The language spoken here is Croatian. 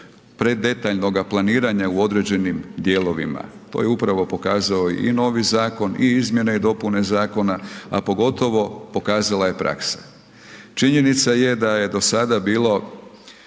predetaljnoga planiranja u određenim dijelovima. To je upravo pokazao i novi zakon i izmjene i dopune zakona, a pogotovo pokazala je praksa. Činjenica je da je do sada bilo